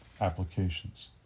applications